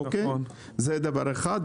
זה דבר אחד.